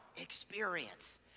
experience